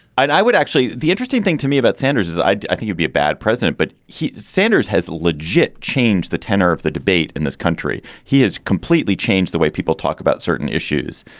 i would actually. the interesting thing to me about sanders is i i think would be a bad president. but he sanders has logit changed the tenor of the debate in this country. he has completely changed the way people talk about certain issues,